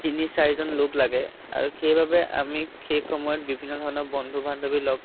তিনি চাৰিজন লোক লাগে আৰু সেইবাবে আমি সেই সময়ত বিভিন্ন ধৰণৰ বন্ধু বান্ধৱীৰ লগত